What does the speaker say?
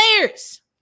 players